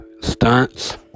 stunts